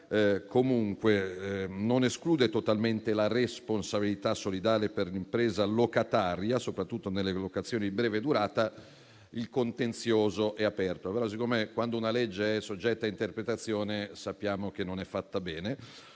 comunque non esclude totalmente la responsabilità solidale per l'impresa locataria: soprattutto nelle locazioni di breve durata, il contenzioso è aperto. Tuttavia, quando una legge è soggetta a interpretazione, sappiamo che non è fatta bene.